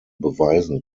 beweisen